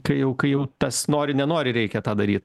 kai jau kai jau tas nori nenori reikia tą daryt